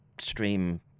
stream